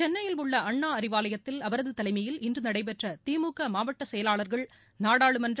சென்னையில் உள்ள அண்ணா அறிவாவயத்தில் அவரது தலைமையில் இன்று நடைபெற்ற திமுக மாவட்ட செயலாளர்கள் நாடாளுமன்ற